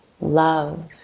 love